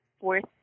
fourth